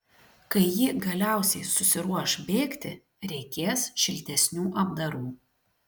kai ji galiausiai susiruoš bėgti reikės šiltesnių apdarų